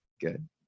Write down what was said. Good